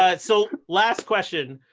ah so last question,